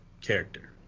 character